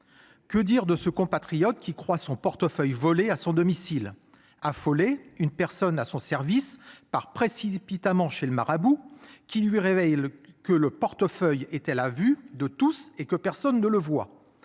Que dire de ce compatriote qui croit son portefeuille volé à son domicile affolée une personne à son service part précipitamment chez le marabout qui lui révèle que le portefeuille était la vue de tous et que personne ne le voit